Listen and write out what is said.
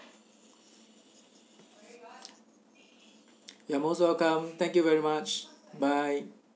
you're most welcome thank you very much bye